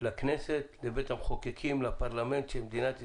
לכנסת, לבית המחוקקים, לפרלמנט של מדינת ישראל,